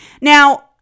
Now